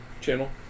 channel